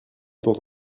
dont